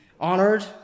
Honored